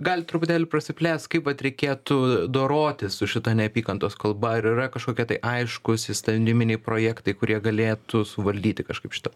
galit truputėlį prasiplėst kaip vat reikėtų dorotis su šita neapykantos kalba ar yra kažkokie tai aiškūs įstatyminiai projektai kurie galėtų suvaldyti kažkaip šitą